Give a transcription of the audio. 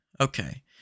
okay